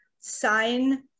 sign